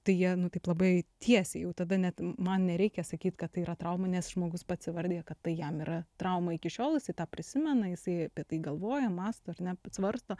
tai jie nu taip labai tiesiai jau tada net man nereikia sakyt kad tai yra trauma nes žmogus pats įvardija kad tai jam yra trauma iki šiol jisai tą prisimena jisai apie tai galvoja mąsto ar ne svarsto